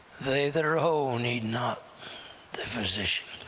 they that are whole need not the physician,